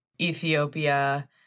Ethiopia